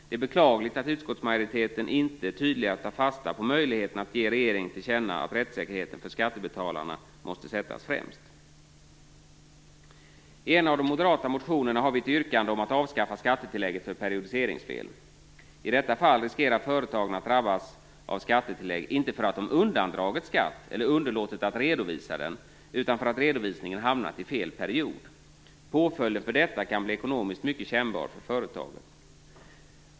Det är beklagligt att utskottsmajoriteten inte tydligare tar fasta på möjligheten att ge regeringen till känna att rättssäkerheten för skattebetalarna måste sättas främst. I en av de moderata motionerna har vi ett yrkande om att avskaffa skattetillägget för periodiseringsfel. I detta fall riskerar företagen att drabbas av skattetillägg, inte för att de undandragit skatt eller underlåtit att redovisa den, utan för att redovisningen hamnat i fel period. Påföljden för detta kan bli ekonomiskt mycket kännbar för företaget.